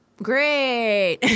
Great